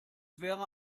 wäre